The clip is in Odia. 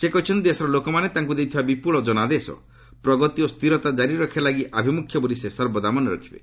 ସେ କହିଛନ୍ତି ଦେଶର ଲୋକମାନେ ତାଙ୍କୁ ଦେଇଥିବା ବିପୁଳ ଜନାଦେଶ ପ୍ରଗତି ଓ ସ୍ଥିରତା ଜାରି ରଖିବା ଲାଗି ଆଭିମୁଖ୍ୟ ବୋଲି ସେ ସର୍ବଦା ମନେରଖିବେ